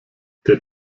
der